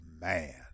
man